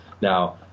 Now